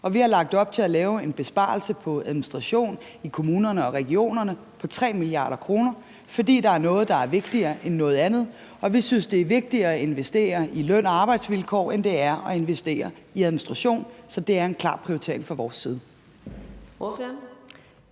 vi har lagt op til at lave en besparelse på administrationen i kommunerne og regionerne på 3 mia. kr., fordi der er noget, der er vigtigere end noget andet. Og vi synes, det er vigtigere at investere i løn- og arbejdsvilkår, end det er at investere i administration. Så det er en klar prioritering fra vores side.